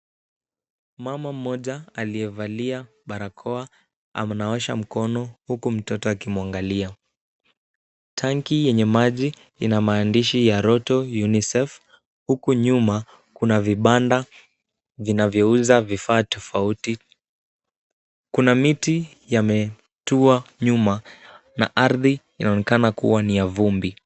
Mama mmoja aliyevalia barakoa anaosha mkono huku mtoto akimwangalia. Tanki yenye maji ina maandishi ya roto UNICEF huku nyuma kuna vibanda vinavyouza vifaa tofauti. Kuna miti yametuwa nyuma na ardhi inaonekana kuwa ni ya vumbi.